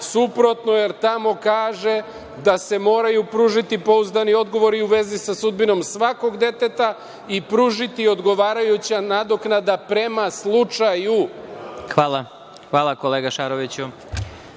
suprotno, jer tamo kaže da se moraju pružiti pouzdani odgovori u vezi sa sudbinom svakog deteta i pružiti odgovarajuća nadoknada prema slučaju. **Vladimir Marinković**